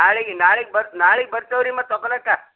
ನಾಳೆಗೆ ನಾಳಿಗೆ ಬರ್ತ್ ನಾಳಿಗೆ ಬರ್ತೇವೆ ರೀ ಮತ್ತು ತಕೊಳಕ